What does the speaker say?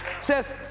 says